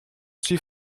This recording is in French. suis